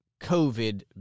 COVID